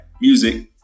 music